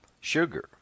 sugar